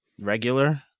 regular